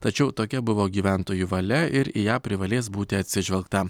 tačiau tokia buvo gyventojų valia ir į ją privalės būti atsižvelgta